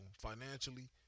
financially